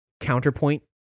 counterpoint